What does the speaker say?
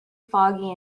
foggy